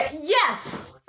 yes